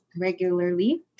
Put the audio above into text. regularly